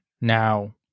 Now